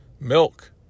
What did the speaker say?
milk